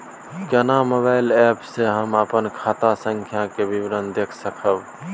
केना mobile app से हम अपन खाता संख्या के विवरण देख सकब?